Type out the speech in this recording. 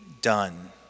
done